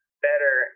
Better